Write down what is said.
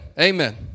amen